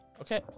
Okay